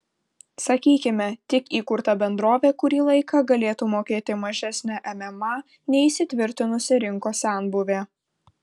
sakykime tik įkurta bendrovė kurį laiką galėtų mokėti mažesnę mma nei įsitvirtinusi rinkos senbuvė